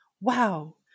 Wow